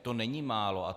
To není málo.